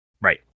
right